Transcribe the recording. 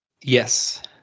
Yes